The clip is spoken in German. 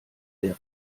der